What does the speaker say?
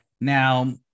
Now